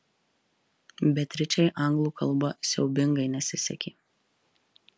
beatričei anglų kalba siaubingai nesisekė